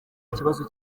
kibazo